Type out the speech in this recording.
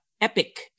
epic